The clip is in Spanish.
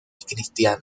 cristiano